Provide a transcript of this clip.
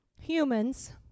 humans